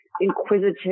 inquisitive